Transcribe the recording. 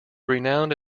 renowned